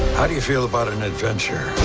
how do you feel about an adventure.